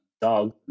dog